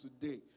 today